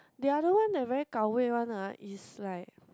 the other one that very gao wei one ah is like